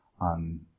on